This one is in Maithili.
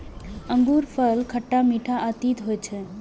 अंगूरफल खट्टा, मीठ आ तीत होइ छै